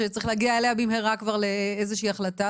שצריך להגיע אליה במהרה כבר לאיזו שהיא החלטה?